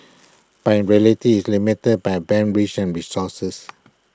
but in reality is limited by Band wish and resources